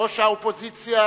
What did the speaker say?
ראש האופוזיציה,